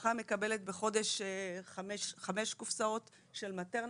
משפחה מקבלת בחודש חמש קופסאות של מטרנה,